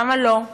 למה לא?